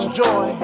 joy